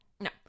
no